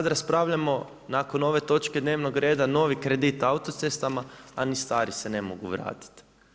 Sad raspravljamo nakon ove točke dnevnog reda, novi kredit autocestama, a ni stari se ne mogu vratiti.